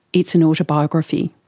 it's an autobiography.